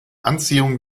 anziehung